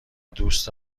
دوست